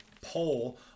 poll